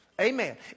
Amen